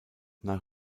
nach